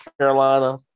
Carolina